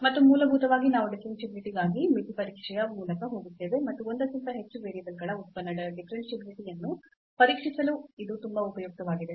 ಮತ್ತು ಮೂಲಭೂತವಾಗಿ ನಾವು ಡಿಫರೆನ್ಷಿಯಾಬಿಲಿಟಿ ಗಾಗಿ ಮಿತಿ ಪರೀಕ್ಷೆಯ ಮೂಲಕ ಹೋಗುತ್ತೇವೆ ಮತ್ತು ಒಂದಕ್ಕಿಂತ ಹೆಚ್ಚು ವೇರಿಯಬಲ್ಗಳ ಉತ್ಪನ್ನದ ಡಿಫರೆನ್ಷಿಯಾಬಿಲಿಟಿ ಯನ್ನು ಪರೀಕ್ಷಿಸಲು ಇದು ತುಂಬಾ ಉಪಯುಕ್ತವಾಗಿದೆ